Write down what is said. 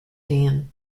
dann